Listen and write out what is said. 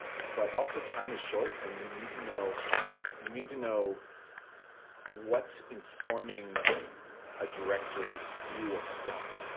but also time is short and you need to know you need to know what's informing a director's view of the film,